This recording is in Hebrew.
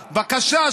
בבקשה,